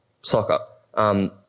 soccer